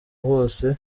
bose